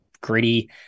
gritty